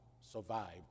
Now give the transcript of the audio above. survived